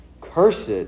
Cursed